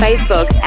Facebook